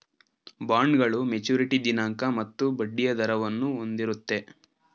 ಬಾಂಡ್ಗಳು ಮೆಚುರಿಟಿ ದಿನಾಂಕ ಮತ್ತು ಬಡ್ಡಿಯ ದರವನ್ನು ಹೊಂದಿರುತ್ತೆ